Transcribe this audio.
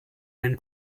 den